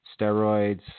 steroids